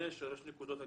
כן יש שלוש נקודות עגינה.